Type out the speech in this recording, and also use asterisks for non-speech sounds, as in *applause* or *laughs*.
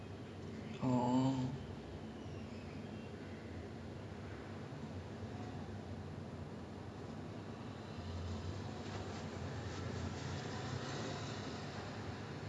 like that's the limit where I I they call it the happy spot like that's the limit where I'm just like okay I drink already I give company to my friends I'm feeling kind of okay now but I know that if I drink more I will lose control *laughs*